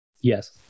Yes